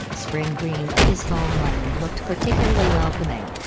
spring green of his homeland looked particularly welcoming.